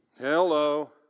Hello